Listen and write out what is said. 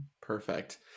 Perfect